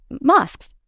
mosques